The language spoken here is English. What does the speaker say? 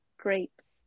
grapes